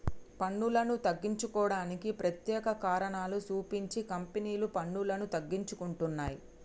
పన్నులను తగ్గించుకోవడానికి ప్రత్యేక కారణాలు సూపించి కంపెనీలు పన్నులను తగ్గించుకుంటున్నయ్